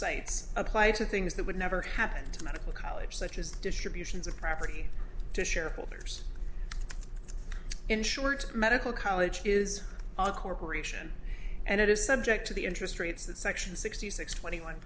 cites apply to things that would never happen to medical college such as distributions of property to shareholders insured medical college is a corporation and it is subject to the interest rates that section sixty six twenty one